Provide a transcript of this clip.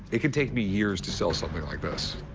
it can take me years to sell something like this.